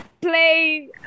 play